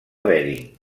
bering